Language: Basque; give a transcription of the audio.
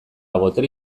botere